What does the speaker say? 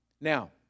Now